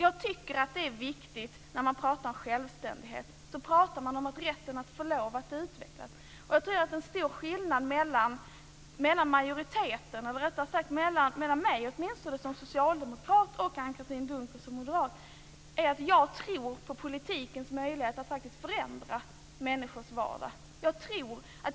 Jag tycker att det är viktigt att påpeka att när man pratar om självständighet pratar man om rätten att utvecklas. Jag tror att en stor skillnad mellan mig som socialdemokrat och Anne-Katrine Dunker som moderat är att jag tror på politikens möjlighet att förändra människors vardag.